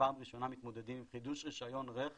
שפעם ראשונה מתמודדים עם חידוש רישיון רכב,